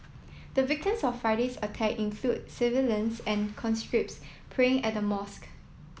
the victims of Friday's attack includes civilians and conscripts praying at the mosque